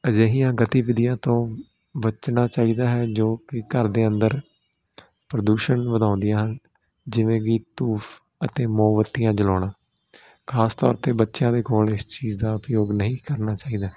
ਅਜਿਹੀਆਂ ਗਤੀਵਿਧੀਆਂ ਤੋਂ ਬਚਣਾ ਚਾਹੀਦਾ ਹੈ ਜੋ ਕਿ ਘਰ ਦੇ ਅੰਦਰ ਪ੍ਰਦੂਸ਼ਣ ਵਧਾਉਂਦੀਆਂ ਜਿਵੇਂ ਕੀ ਧੂਫ ਅਤੇ ਮੋਮਬੱਤੀਆਂ ਜਲਾਉਣਾ ਖ਼ਾਸ ਤੌਰ 'ਤੇ ਬੱਚਿਆਂ ਦੇ ਕੋਲ ਇਸ ਚੀਜ਼ ਦਾ ਪ੍ਰਯੋਗ ਨਹੀਂ ਕਰਨਾ ਚਾਹੀਦਾ